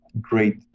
great